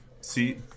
See